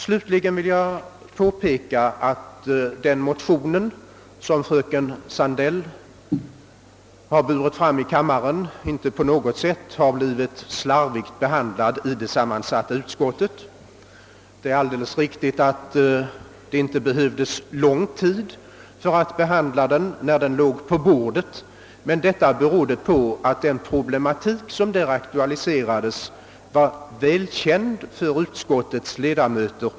Slutligen vill jag påpeka att den motion som fröken Sandell har burit fram i kammaren inte på något sätt blivit slarvigt behandlad i sammansatta konstitutionsoch bankoutskottet. Det är alldeles riktigt att det inte behövdes lång tid för att behandla motionen när den låg på bordet, men detta berodde på att den problematik som den aktualiserade var väl känd för utskottets leda möter.